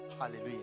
Hallelujah